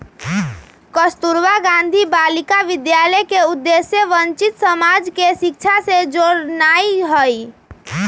कस्तूरबा गांधी बालिका विद्यालय के उद्देश्य वंचित समाज के शिक्षा से जोड़नाइ हइ